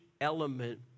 element